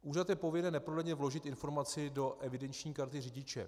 Úřad je povinen neprodleně vložit informaci do evidenční karty řidiče.